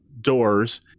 doors